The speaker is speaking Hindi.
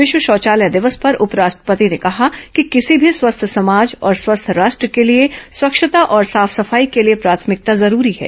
विश्व शौचालय दिवस पर उपराष्टपति ने कहा कि किसी भी स्वस्थ समाज और स्वस्थ राष्ट्र के लिए स्वच्छता और साफ सफाई के लिए प्राथमिकता जरूरी है